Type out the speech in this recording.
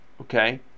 Okay